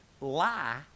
lie